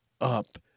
up